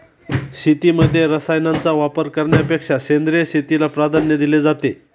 शेतीमध्ये रसायनांचा वापर करण्यापेक्षा सेंद्रिय शेतीला प्राधान्य दिले जाते